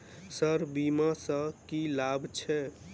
Sir बीमा सँ की लाभ छैय?